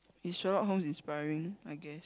is Sherlock-Holmes inspiring I guess